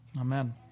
amen